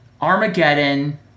Armageddon